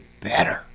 better